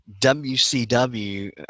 WCW